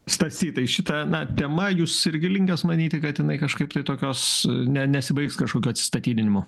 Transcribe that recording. stasy tai šita na tema jūs irgi linkęs manyti kad jinai kažkaip kitokios ne nesibaigs kažkokiu atsistatydinimu